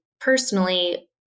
personally